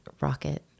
Rocket